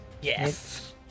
yes